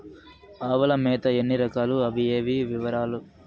ఆవుల మేత ఎన్ని రకాలు? అవి ఏవి? వివరాలు?